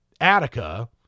Attica